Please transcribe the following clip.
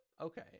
Okay